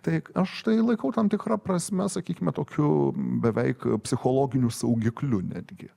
taip aš tai laikau tam tikra prasme sakykime tokiu beveik psichologiniu saugikliu netgi